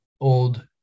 old